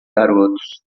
garotos